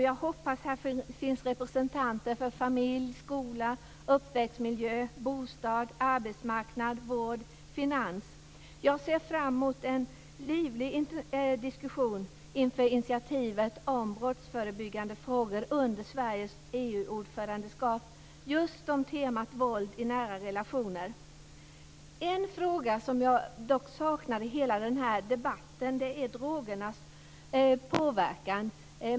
Jag hoppas att där finns representanter för familj, skola, uppväxtmiljö, bostad, arbetsmarknad, vård och finans. Jag ser fram emot en livlig diskussion inför initiativet om brottsförebyggande frågor under Sveriges EU-ordförandeskap, just om temat våld i nära relationer. En fråga som jag dock saknar i hela den här debatten är drogernas påverkan.